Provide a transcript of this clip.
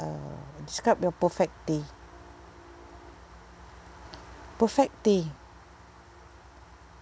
uh describe your perfect day perfect day